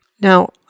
Now